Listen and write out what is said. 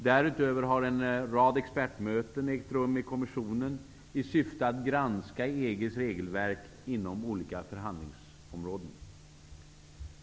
Därutöver har en rad expertmöten ägt rum i kommissionen i syfte att granska EG:s regelverk inom olika förhandlingsområden.